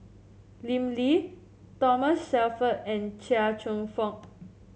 Lim Lee Thomas Shelford and Chia Cheong Fook